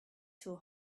too